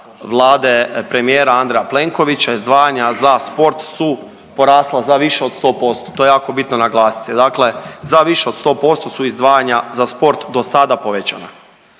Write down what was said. vlade premijera Andreja Plenkovića izdvajanja za sport su porasla za više od 100%, to je jako bitno naglasiti, dakle za više od 100% su izdvajanja za sport dosada povećana.